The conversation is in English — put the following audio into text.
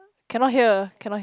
cannot hear cannot